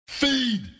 Feed